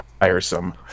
tiresome